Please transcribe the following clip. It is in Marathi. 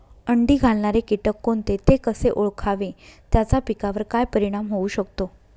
अंडी घालणारे किटक कोणते, ते कसे ओळखावे त्याचा पिकावर काय परिणाम होऊ शकतो?